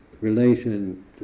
relation